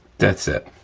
that's it,